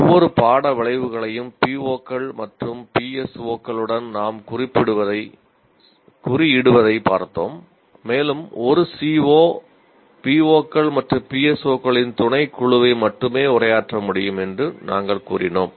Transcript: ஒவ்வொரு பாட விளைவுகளையும் POக்கள் மற்றும் PSOக்களுடன் நாம் குறியிடுவதைப் பார்த்தோம் மேலும் ஒரு CO POக்கள் மற்றும் PSOக்களின் துணைக்குழுவை மட்டுமே உரையாற்ற முடியும் என்றும் நாங்கள் கூறினோம்